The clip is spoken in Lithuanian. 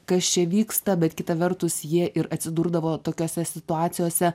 kas čia vyksta bet kita vertus jie ir atsidurdavo tokiose situacijose